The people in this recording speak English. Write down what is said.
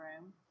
room